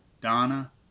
Donna